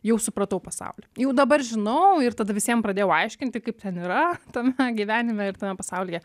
jau supratau pasaulį jau dabar žinau ir tada visiem pradėjau aiškinti kaip ten yra tame gyvenime ir tame pasaulyje